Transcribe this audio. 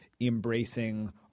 embracing